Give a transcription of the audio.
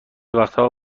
وقتا